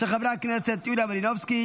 של חברי הכנסת יוליה מלינובסקי,